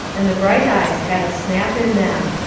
and the bright eyes had a snap in them.